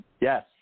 Yes